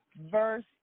verse